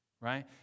Right